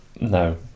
No